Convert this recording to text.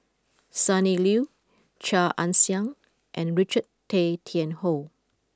Sonny Liew Chia Ann Siang and Richard Tay Tian Hoe